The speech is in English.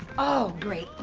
oh, great.